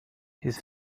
his